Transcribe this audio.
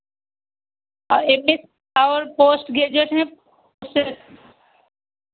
और और post graduate हैं से